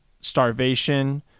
starvation